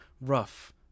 rough